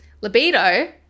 libido